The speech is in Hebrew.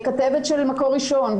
כתבת של מקור ראשון,